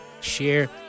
share